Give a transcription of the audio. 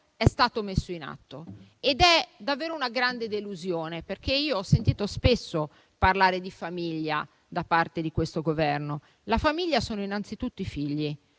è stato messo in atto ed è davvero una grande delusione. Ho sentito spesso parlare di famiglia da parte di questo Governo e ricordo che la famiglia sono innanzitutto i figli